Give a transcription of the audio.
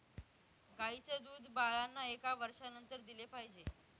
गाईचं दूध बाळांना एका वर्षानंतर दिले पाहिजे